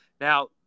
Now